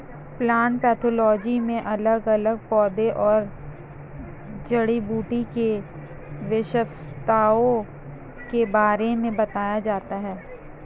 plant pathology में अलग अलग पौधों और जड़ी बूटी की विशेषताओं के बारे में बताया जाता है